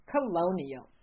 Colonial